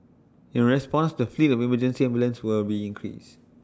in response the fleet of emergency ambulances will be increased